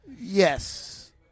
yes